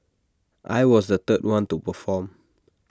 I was the third one to perform